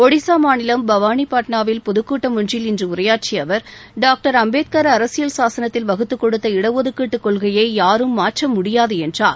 ஒடிசா மாநிலம் பவானிபட்னாவில் பொதுக்கூட்டம் ஒன்றில் இன்று உரையாற்றிய அவர் டாக்டர் அம்பேத்கர் அரசியல் சாசனத்தில் வகுத்து கொடுத்த இடஒதுக்கீட்டு கொள்கையை யாரும் மாற்ற முடியாது என்றார்